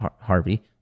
harvey